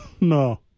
No